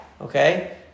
Okay